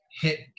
hit